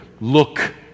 Look